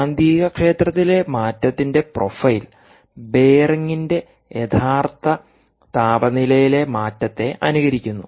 കാന്തികക്ഷേത്രത്തിലെ മാറ്റത്തിന്റെ പ്രൊഫൈൽ ബെയറിംഗിന്റെ യഥാർത്ഥ താപനിലയിലെ മാറ്റത്തെ അനുകരിക്കുന്നു